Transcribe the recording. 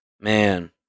Man